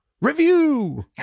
review